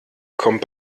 kommt